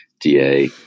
DA